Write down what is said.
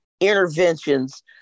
interventions